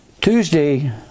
Tuesday